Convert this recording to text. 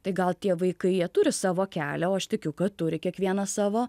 tai gal tie vaikai jie turi savo kelią o aš tikiu kad turi kiekvienas savo